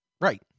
Right